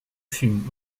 fûmes